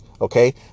okay